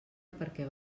perquè